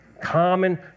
common